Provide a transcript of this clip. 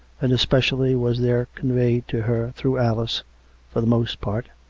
and especially was there conveyed to her, through alice for the most part,